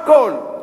הכול,